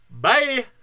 bye